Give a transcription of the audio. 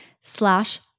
slash